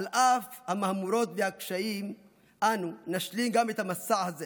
על אף המהמורות והקשיים אנו נשלים גם את המסע הזה